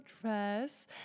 dress